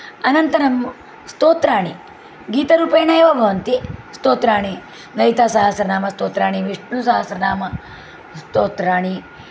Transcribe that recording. अनन्तरं स्तोत्राणि गीतरूपेण एव भवन्ति स्तोत्राणि ललितासहस्रनामस्तोत्राणि विष्णुसहस्रनामस्तोत्राणि